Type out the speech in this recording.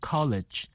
College